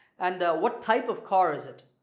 and what type of car is it?